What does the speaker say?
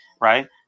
right